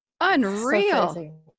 unreal